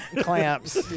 clamps